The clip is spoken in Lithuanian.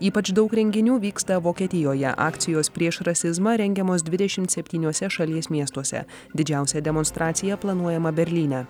ypač daug renginių vyksta vokietijoje akcijos prieš rasizmą rengiamos dvidešim septyniuose šalies miestuose didžiausią demonstraciją planuojama berlyne